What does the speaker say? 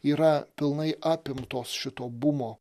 yra pilnai apimtos šito bumo